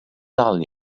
dal